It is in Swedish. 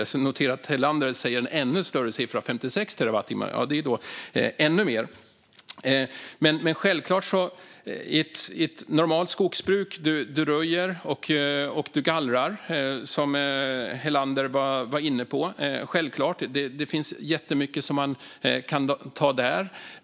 Jag noterar att Helander säger en ännu större siffra, 59 terawattimmar. I ett normalt skogsbruk röjer och gallrar du, som Helander var inne på. Självklart är det så. Det finns jättemycket som man kan ta där.